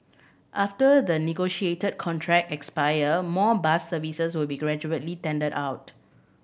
after the negotiated contract expire more bus services will be gradually tendered out